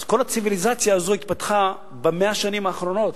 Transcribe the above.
אז כל הציוויליזציה הזאת התפתחה ב-100 השנים האחרונות,